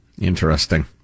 Interesting